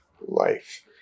life